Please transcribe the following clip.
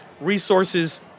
Resources